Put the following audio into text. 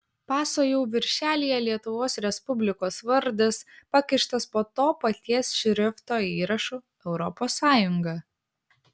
paso jau viršelyje lietuvos respublikos vardas pakištas po to paties šrifto įrašu europos sąjunga